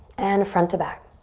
and front to back.